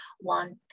want